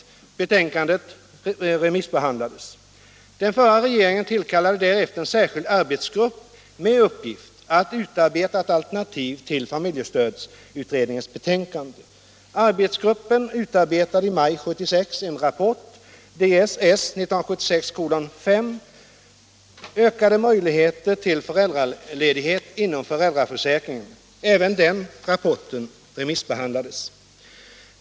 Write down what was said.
Betänkandet remissbehandlades. Den förra regeringen tillkallade därefter en särskild arbetsgrupp med uppgift att utarbeta ett alternativ till familjestödsutredningens betänkande. Arbetsgruppen utarbetade i maj 1976 en rapport, Ds S 1976:5, Ökade möjligheter till föräldraledighet inom föräldraförsäkringen. Även den rapporten remissbehandlades.